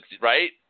right